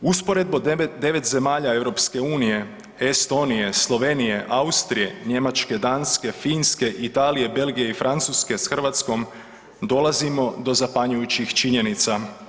Usporedbo 9 zemalja EU, Estonije, Slovenije, Austrije, Njemačke, Danske, Finske, Italije, Belgije i Francuske s Hrvatskom dolazimo do zapanjujućih činjenica.